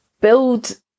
build